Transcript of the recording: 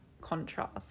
contrast